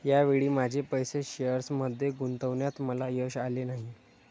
या वेळी माझे पैसे शेअर्समध्ये गुंतवण्यात मला यश आले नाही